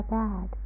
bad